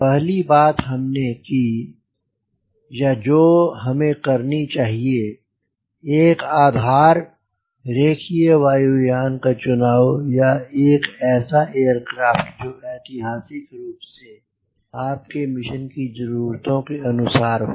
पहली बात हमने की या जो हमें करनी चाहिए एक आधार रेखीय वायु यान का चुनाव या एक ऐसा एयरक्राफ़्ट जो ऐतिहासिक रूप से आपके मिशन की ज़रूरतों के अनुसार हो